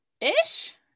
ish